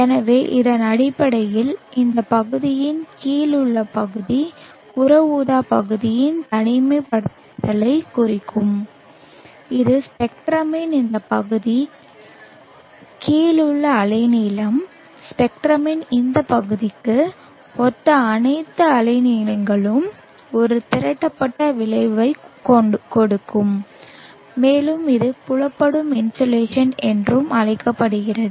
எனவே இதன் அடிப்படையில் இந்த பகுதியின் கீழ் உள்ள பகுதி புற ஊதா பகுதியின் தனிமைப்படுத்தலைக் குறிக்கும் இது ஸ்பெக்ட்ரமின் இந்த பகுதியின் கீழ் உள்ள அலைநீளம் ஸ்பெக்ட்ரமின் இந்த பகுதிக்கு ஒத்த அனைத்து அலைநீளங்களும் ஒரு திரட்டப்பட்ட விளைவைக் கொடுக்கும் மேலும் இது புலப்படும் இன்சோலேஷன் என்று அழைக்கப்படுகிறது